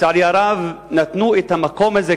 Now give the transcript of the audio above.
לצערי הרב נתנו את המקום הזה,